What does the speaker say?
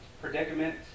predicament